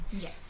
Yes